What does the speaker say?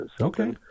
Okay